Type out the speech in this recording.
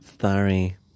Sorry